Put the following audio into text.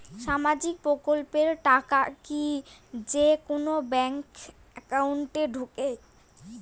সামাজিক প্রকল্পের টাকা কি যে কুনো ব্যাংক একাউন্টে ঢুকে?